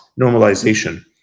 normalization